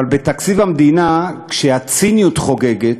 אבל כשהציניות חוגגת,